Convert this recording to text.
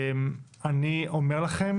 אני אומר לכם